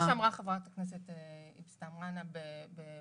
כמו שאמרה חברת הכנסת אבתיסאם מראענה בצדק.